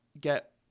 get